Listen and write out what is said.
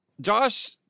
Josh